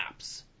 apps